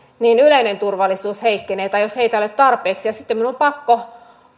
niin yleinen turvallisuus heikkenee tai jos heitä ei ole tarpeeksi sitten minun on pakko